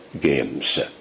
games